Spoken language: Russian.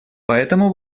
поэтому